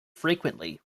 frequently